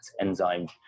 enzyme